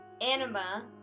Anima